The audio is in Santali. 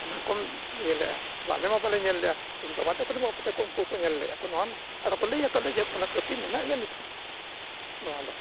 ᱚᱱᱟ ᱠᱚᱢ ᱟᱞᱮᱢᱟ ᱵᱟᱞᱮ ᱧᱮᱞ ᱞᱮᱜᱼᱟ ᱤᱧ ᱵᱟᱵᱟ ᱛᱟᱠᱚ ᱫᱚᱠᱚ ᱟᱠᱚ ᱫᱚᱠᱚ ᱩᱱᱠᱩ ᱠᱚ ᱧᱮᱞ ᱞᱮᱜᱼᱟ ᱱᱚᱣᱟ ᱢᱟ ᱟᱫᱚ ᱠᱚ ᱞᱟᱹᱭ ᱟᱠᱟᱫ ᱞᱮᱭᱟ ᱡᱮ ᱚᱱᱟ ᱠᱟᱹᱯᱤ ᱢᱮᱱᱟᱜ ᱜᱮᱭᱟ ᱱᱤᱛ ᱦᱚᱸ ᱱᱚᱣᱟ ᱫᱚ